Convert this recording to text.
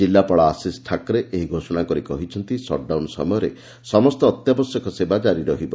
କିଲ୍ଲାପାଳ ଆଶିଷ୍ ଠାକ୍ରେ ଏହି ଘୋଷଣା କରି କହିଛନ୍ତି ସଟ୍ଡାଉନ୍ ସମୟରେ ସମସ୍ତ ଅତ୍ୟାବଶ୍ୟକ ସେବା ଜାରି ରହିବ